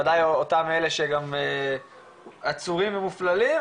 ודאי אותם אלה שגם עצורים ומופללים,